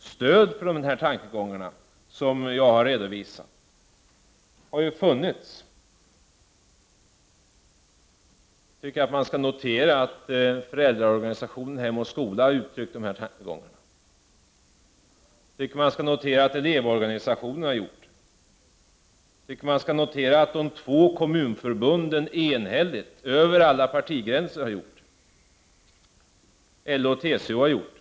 Stöd för dessa tankegångar som jag redovisat har ju funnits. Jag tycker att man skall notera att föräldraorganisationen Hem och skola har uttryckt de här tankegångarna, att elevorganisationer har gjort det, att de två kommunförbunden enhälligt — över alla partigränser — har gjort det, att LO och TCO har gjort det.